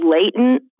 latent